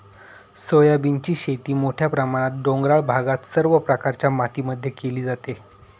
सोयाबीनची शेती मोठ्या प्रमाणात डोंगराळ भागात सर्व प्रकारच्या मातीमध्ये केली जाते